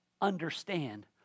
understand